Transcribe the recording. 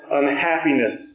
unhappiness